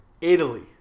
Italy